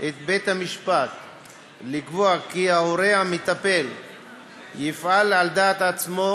את בית-המשפט לקבוע כי ההורה המטפל יפעל על דעת עצמו